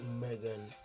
megan